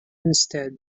instead